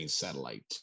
Satellite